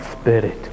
spirit